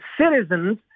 citizens